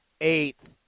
eighth